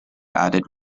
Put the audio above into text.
added